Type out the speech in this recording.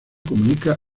comunica